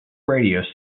radio